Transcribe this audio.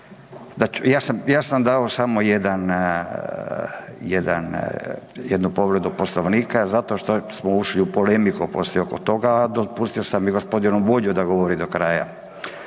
dao samo jedan, jedan, jednu povredu Poslovnika zato što smo ušli u polemiku poslije oko toga, a dopustio sam i gospodinu Bulju da govori do kraja.